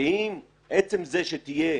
אם עצם זה שתהיה